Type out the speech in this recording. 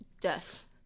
death